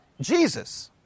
Jesus